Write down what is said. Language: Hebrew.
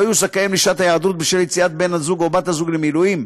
לא יהיו זכאים לשעת ההיעדרות בשל יציאת בן הזוג או בת הזוג למילואים.